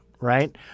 right